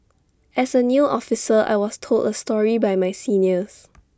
as A new officer I was told A story by my seniors